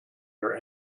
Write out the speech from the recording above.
your